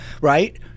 Right